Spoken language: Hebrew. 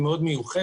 היא מאוד מיוחדת,